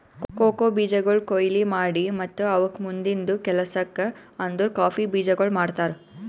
cocoa ಬೀಜಗೊಳ್ ಕೊಯ್ಲಿ ಮಾಡಿ ಮತ್ತ ಅವುಕ್ ಮುಂದಿಂದು ಕೆಲಸಕ್ ಅಂದುರ್ ಕಾಫಿ ಬೀಜಗೊಳ್ ಮಾಡ್ತಾರ್